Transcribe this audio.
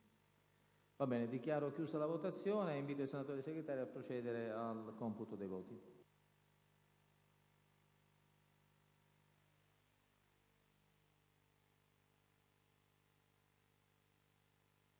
Dichiaro chiusa la votazione e invito i senatori Segretari a procedere al computo dei voti.